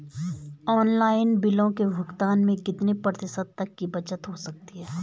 Online बिलों के भुगतान में कितने प्रतिशत तक की बचत हो सकती है?